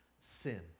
sin